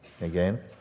Again